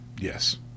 yes